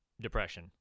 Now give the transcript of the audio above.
Depression